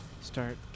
start